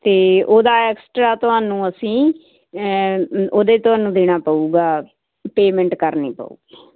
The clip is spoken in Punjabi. ਤੇ ਉਹਦਾ ਐਕਸਟਰਾ ਤੁਹਾਨੂੰ ਅਸੀਂ ਉਹਦੇ ਤੁਹਾਨੂੰ ਦੇਣਾ ਪਊਗਾ ਪੇਮੈਂਟ ਕਰਨੀ ਪਊਗੀ